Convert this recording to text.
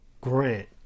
grant